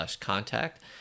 Contact